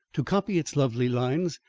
to copy its lovely lines,